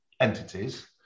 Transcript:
entities